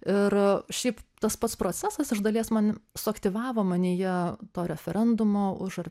ir šiaip tas pats procesas iš dalies man suaktyvavo manyje to referendumo už ar